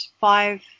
five